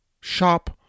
shop